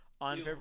On